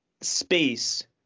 space